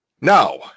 Now